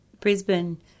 Brisbane